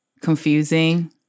confusing